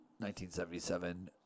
1977